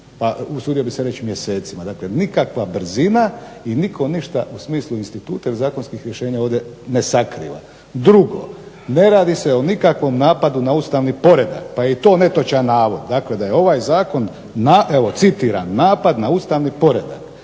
usudio bih se reći mjesecima. Dakle, nikakva brzina i nitko ništa u smislu instituta jer zakonskih rješenja ovdje ne sakriva. Drugo. Ne radi se o nikakvom napadu na ustavni poredak, pa je i to netočan navod. Dakle, da je ovaj zakon citiram: "Napad na ustavni poredak".